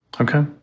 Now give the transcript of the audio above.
Okay